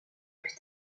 plus